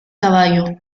caballo